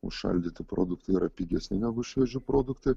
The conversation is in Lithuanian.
užšaldyti produktai yra pigesni negu švieži produktai